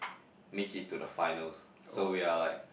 make it to the finals so we are like